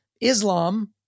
Islam